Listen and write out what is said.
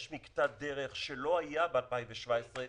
יש מקטע דרך שלא היה ב-2017,